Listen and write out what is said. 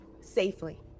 safely